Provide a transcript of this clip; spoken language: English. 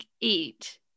eat